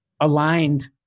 aligned